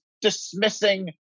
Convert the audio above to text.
dismissing